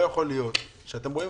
ייתכן שאתם רואים